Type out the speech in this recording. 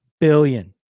billion